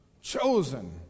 chosen